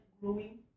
growing